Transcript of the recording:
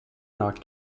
not